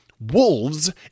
Wolves